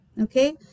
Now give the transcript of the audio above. okay